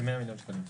כ-100 מיליון שקלים.